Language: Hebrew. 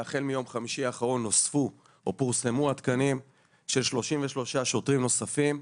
והחל מיום חמישי האחרון נוספו או פורסמו התקנים של 33 שוטרים נוספים,